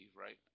right